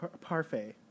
Parfait